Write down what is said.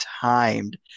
timed